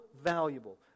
valuable